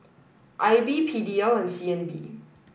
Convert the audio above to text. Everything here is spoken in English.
I B P D L and C N B